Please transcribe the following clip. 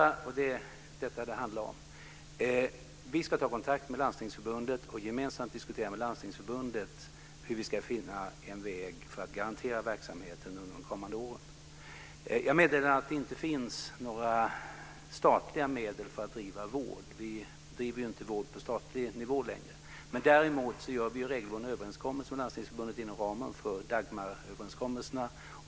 För det andra - det är detta det handlar om - ska vi ta kontakt med Landstingsförbundet och gemensamt diskutera med dem hur vi ska finna en väg för att garantera verksamheten under de kommande åren. Jag är medveten om att det inte finns några statliga medel för att bedriva vård - vi bedriver inte längre vård på statlig nivå. Däremot träffar vi regelbundna överenskommelser med Landstingsförbundet inom ramen för Dagmaröverenskommelserna.